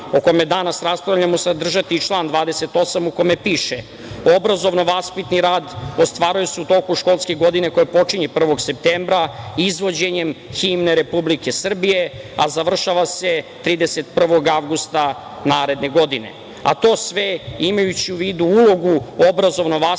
o kome danas raspravljamo sadržati član 28. u kome piše – obrazovno-vaspitni rad ostvaruje se u toku školske godine koja počinje 1. septembra izvođenjem himne Republike Srbije, a završava se 31. avgusta naredne godine. A to sve imajući u vidu ulogu obrazovno-vaspitnih